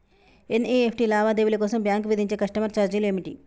NEFT లావాదేవీల కోసం bank విధించే కస్టమర్ ఛార్జీలు ఏమిటి?